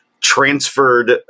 transferred